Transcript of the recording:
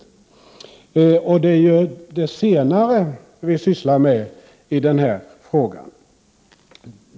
Och det är ju det senare vi behandlar i den här frågan.